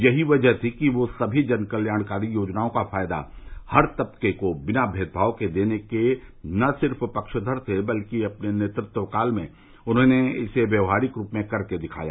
यही वजह थी कि वह सभी जनकल्याणकारी योजनाओं का फ़ायदा हर तबके को बिना मेदभाव के देने के न सिर्फ पक्षधर थे बल्कि अपने नेतृत्वकाल में उन्होंने इसे व्यवहारिक रूप में करके दिखाया